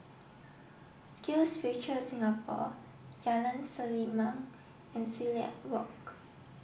SkillsFuture Singapore Jalan Selimang and Silat Walk